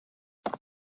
what